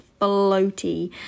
floaty